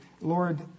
Lord